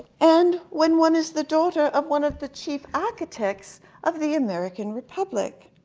and when one is the daughter of one of the chief architects of the american republic.